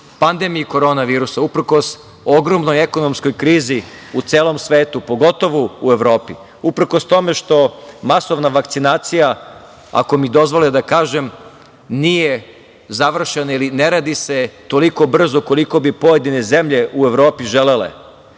pandemiji korona virusa, uprkos ogromnoj ekonomskoj krizi u celom svetu, pogotovo u Evropi, uprkos tome što masovna vakcinacija, ako mi dozvole da kažem, nije završena ili ne radi se toliko brzo koliko bi pojedine zemlje u Evropi želele,